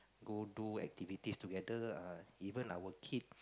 go do activities together ah even our kid